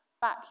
Back